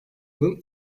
yılın